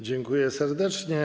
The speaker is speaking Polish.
Dziękuję serdecznie.